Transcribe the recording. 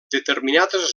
determinades